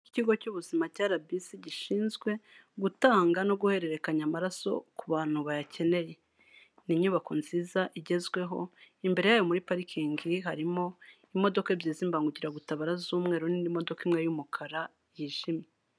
Ikigo cyubuzima cya RBC gishinzwe gutanga no guhererekanya amaraso ku bantu bayakeneye, ni inyubako nziza igezweho, imbere yayo muri parikingi harimo imodoka ebyiri z'imbangukiragutabara z'umweru n'indi modoka imwe y'umukara yijimye.